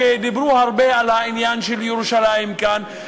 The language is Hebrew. ודיברו הרבה על העניין של ירושלים כאן,